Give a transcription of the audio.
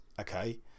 okay